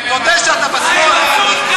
תודה שאתה בשמאל.